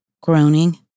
Groaning